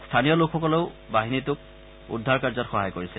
স্থানীয় লোকসকলেও বাহিনীটোক উদ্ধাৰ কাৰ্যত সহায় কৰিছে